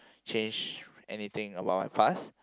change anything about my past